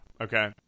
Okay